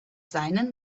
seinen